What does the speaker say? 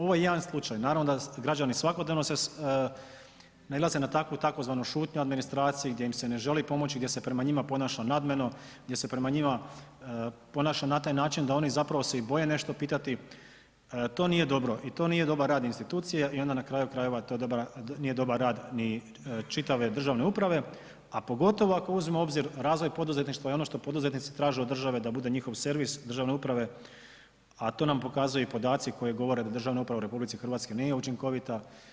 Ovo je jedan slučaj, naravno da građani svakodnevno nailaze na takvu tzv. šutnju u administraciji gdje im se ne želi pomoći, gdje se prema njima ponaša nadmeno, gdje se prema njima ponaša na taj način da oni zapravo se i boje nešto pitati, to nije dobro i to nije dobar rad institucija i onda kraju krajeva to nije dobar rad ni čitave državne uprave a pogotovo ako uzmemo u obzir razvoj poduzetništva i ono što poduzetnici traže od države da bude njihov servis državne uprave a to nam pokazuje i podaci koji govore da državna uprava u RH nije učinkovita.